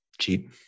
cheap